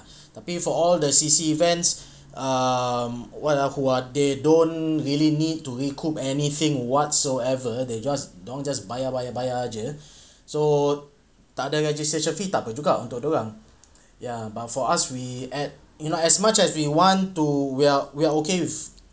tapi for all the C_C events um what ah who ah they don't really need to recoup anything whatsoever they just dia orang just bayar bayar bayar jer so takde registration fee takpe juga untuk dia orang ya but for us we add in lah as much as we want to we are we are okay with